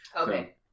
Okay